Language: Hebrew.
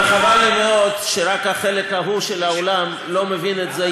וחבל לי מאוד שרק החלק ההוא של האולם לא מבין את זה.